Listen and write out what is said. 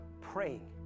praying